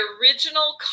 original